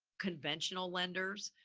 conventional lenders,